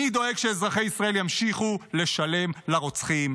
מי דואג שאזרחי ישראל ימשיכו לשלם לרוצחים,